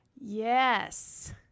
Yes